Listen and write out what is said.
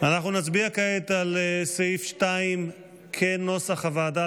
אנחנו נצביע כעת על סעיף 2 כנוסח הוועדה,